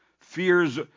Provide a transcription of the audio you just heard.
fears